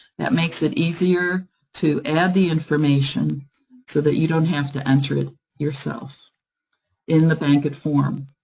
that makes it easier to add the information, so that you don't have to enter it yourself in the bankit form.